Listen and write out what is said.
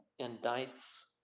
indicts